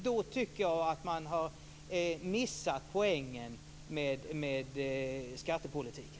Jag tycker att man då har missat poängen med skattepolitiken.